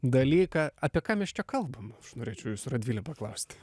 dalyką apie ką mes čia kalbam aš norėčiau jūsų radvile paklausti